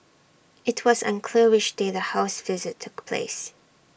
IT was unclear which day the house visit took place